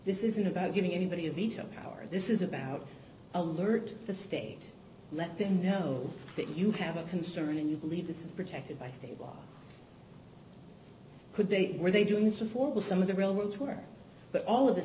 this isn't about giving anybody a veto power this is about alert the state let them know that you have a concern and you believe this is protected by state law could they were they doing this before with some of the real world war but all of this